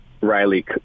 Riley